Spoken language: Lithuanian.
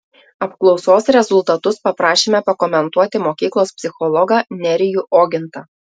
apklausos rezultatus paprašėme pakomentuoti mokyklos psichologą nerijų ogintą